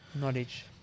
knowledge